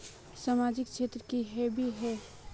सामाजिक क्षेत्र की होबे है?